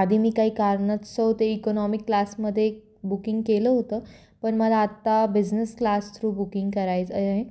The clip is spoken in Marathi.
आधी मी काही कारणास्तव ते इकोनॉमी क्लासमध्ये बुकिंग केलं होतं पण मला आत्ता बिझनेस क्लास थ्रू बुकिंग करायचं आहे